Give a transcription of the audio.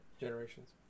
Generations